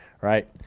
right